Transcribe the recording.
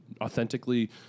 authentically